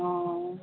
অ